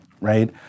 right